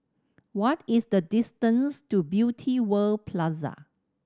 what is the distance to Beauty World Plaza